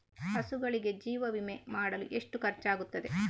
ಹಸುಗಳಿಗೆ ಜೀವ ವಿಮೆ ಮಾಡಲು ಎಷ್ಟು ಖರ್ಚಾಗುತ್ತದೆ?